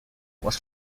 was